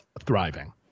thriving